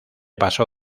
pasó